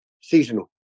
seasonal